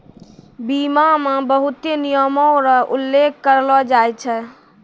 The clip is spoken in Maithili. बीमा मे बहुते नियमो र उल्लेख करलो जाय छै